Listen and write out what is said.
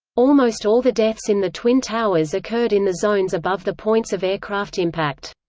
almost all the deaths in the twin towers occurred in the zones above the points of aircraft impact.